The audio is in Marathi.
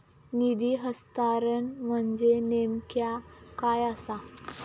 निधी हस्तांतरण म्हणजे नेमक्या काय आसा?